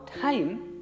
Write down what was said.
time